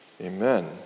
Amen